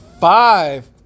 five